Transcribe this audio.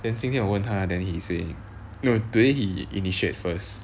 then 今天我问他 then he say no today he initiate first